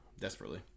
Desperately